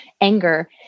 anger